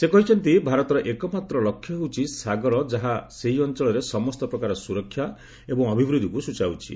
ସେ କହିଛନ୍ତି ଭାରତର ଏକମାତ୍ର ଲକ୍ଷ୍ୟ ହେଉଛି ସାଗର ଯାହା ସେହି ଅଞ୍ଚଳରେ ସମସ୍ତ ପ୍ରକାର ସୁରକ୍ଷା ଏବଂ ଅଭିବୃଦ୍ଧିକୁ ସ୍ୱଚାଉଛି